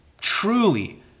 truly